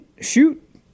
shoot